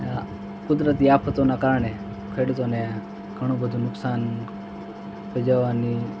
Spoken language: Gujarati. કુદરતી આફતોના કારણે ખેડૂતોને ઘણું બધું નુકસાન થઈ જવાની